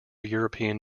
european